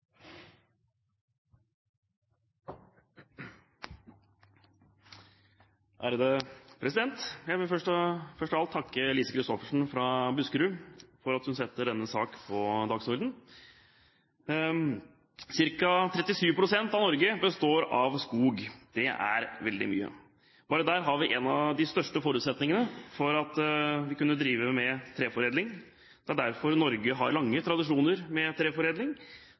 Jeg vil først av alt takke Lise Christoffersen fra Buskerud for at hun setter denne saken på dagsordenen. Cirka 37 pst. av Norge består av skog. Det er veldig mye. Bare der har vi en av de største forutsetningene for å kunne drive med treforedling. Det er derfor Norge har lange tradisjoner med treforedling,